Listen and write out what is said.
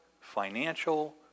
financial